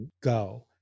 go